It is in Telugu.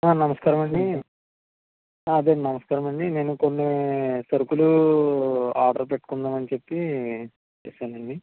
నమస్కారమండి అదే అండి నమస్కారమండి నేను కొన్ని సరుకులు ఆర్డర్ పెట్టుకుందాం అని చెప్పి చేసాను అండి